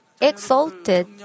exalted